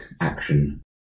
action